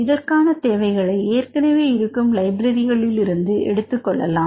இதற்கான தேவைகளை ஏற்கனவே இருக்கும் லைப்ரரிகளிலிருந்து எடுத்துக்கொள்ளலாம்